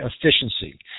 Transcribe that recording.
efficiency